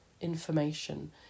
information